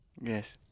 Yes